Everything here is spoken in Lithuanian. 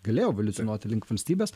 galėjo evoliucionuoti link valstybės